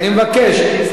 אני מבקש,